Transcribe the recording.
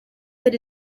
that